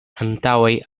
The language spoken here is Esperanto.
antaŭaj